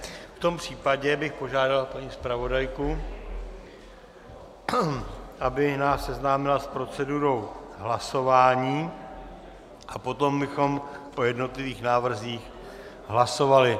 V tom případě bych požádal paní zpravodajku, aby nás seznámila s procedurou hlasování a potom bychom o jednotlivých návrzích hlasovali.